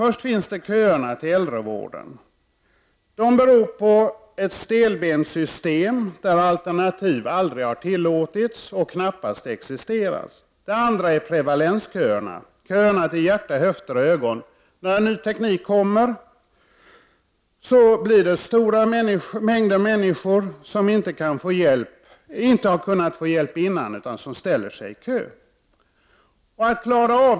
Det finns köer till äldrevården. Det beror på ett stelbent system där alternativ aldrig har tillåtits och knappast existerat. Det andra slaget är prevalensköerna — sådana är köerna till hjärt-, höftledsoch ögonoperationer. När ny teknik kommer är det stora mängder människor som inte har kunnat få hjälp tidigare som ställer sig i kö.